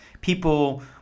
People